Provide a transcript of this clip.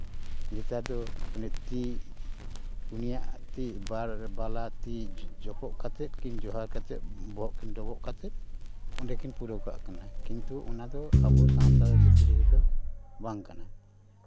ᱱᱮᱛᱟᱨ ᱫᱚ ᱚᱱᱮ ᱛᱤ ᱩᱱᱤᱭᱟᱜ ᱛᱤ ᱵᱟᱨ ᱵᱟᱞᱟ ᱛᱤ ᱡᱚᱯᱚᱜ ᱠᱟᱛᱮᱫ ᱠᱤᱱ ᱡᱚᱦᱟᱨ ᱠᱟᱛᱮᱫ ᱵᱚᱦᱚᱜ ᱠᱤᱱ ᱰᱚᱵᱚᱜ ᱠᱟᱛᱮᱫ ᱚᱸᱰᱮ ᱠᱤᱱ ᱯᱩᱨᱟᱹᱣ ᱠᱟᱜ ᱠᱟᱱᱟ ᱠᱤᱱᱛᱩ ᱚᱱᱟ ᱫᱚ ᱟᱵᱚ ᱥᱟᱶᱛᱟ ᱵᱷᱤᱛᱨᱤ ᱨᱮᱫᱚ ᱵᱟᱝ ᱠᱟᱱᱟ